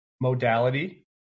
modality